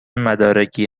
مدارکی